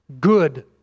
good